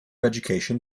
education